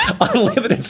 Unlimited